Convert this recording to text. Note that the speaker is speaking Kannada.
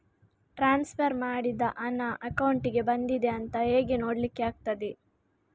ಟ್ರಾನ್ಸ್ಫರ್ ಮಾಡಿದ ಹಣ ಅಕೌಂಟಿಗೆ ಬಂದಿದೆ ಅಂತ ಹೇಗೆ ನೋಡ್ಲಿಕ್ಕೆ ಆಗ್ತದೆ?